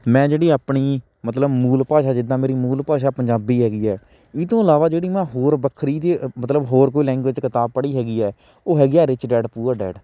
ਮੈਂ ਜਿਹੜੀ ਆਪਣੀ ਮਤਲਬ ਮੂਲ ਭਾਸ਼ਾ ਜਿੱਦਾਂ ਮੇਰੀ ਮੂਲ ਭਾਸ਼ਾ ਪੰਜਾਬੀ ਹੈਗੀ ਹੈ ਇਹ ਤੋਂ ਇਲਾਵਾ ਜਿਹੜੀ ਮੈਂ ਹੋਰ ਵੱਖਰੀ ਇਹਤੇ ਮਤਲਬ ਹੋਰ ਕੋਈ ਲੈਂਗੁਏਜ 'ਚ ਕਿਤਾਬ ਪੜ੍ਹੀ ਹੈਗੀ ਹੈ ਉਹ ਹੈਗੀ ਹੈ ਰਿਚ ਡੈਡ ਪੂਅਰ ਡੈਡ